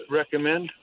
recommend